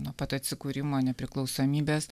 nuo pat atsikūrimo nepriklausomybės